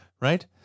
right